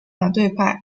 反对派